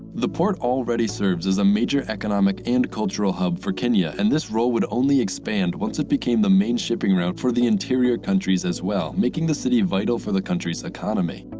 the port already serves as a major economic and cultural hub for kenya and this role would only expand once it became the main shipping route for the interior countries as well, making the city vital for the country's economy.